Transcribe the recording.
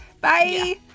Bye